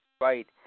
Right